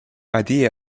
idea